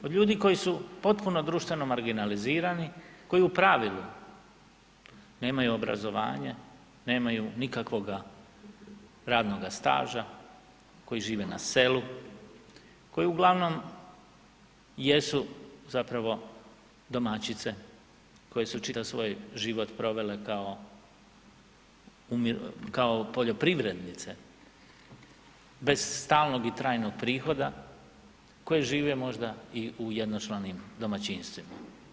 Od ljudi koji su potpuno društveno marginalizirani, koji u pravilu nemaju obrazovanje, nemaju nikakvoga radnoga staža, koji žive na selu, koji uglavnom jesu zapravo domaćice koje su čitav svoj život provele kao poljoprivrednice bez stalnog i trajnog prihoda, koje žive možda i u jednočlanim domaćinstvima.